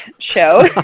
show